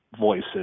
voices